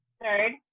Third